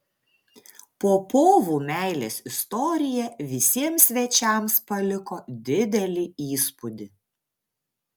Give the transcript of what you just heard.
popovų meilės istorija visiems svečiams paliko didelį įspūdį